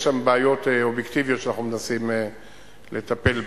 יש שם בעיות אובייקטיביות שאנחנו מנסים לטפל בהן.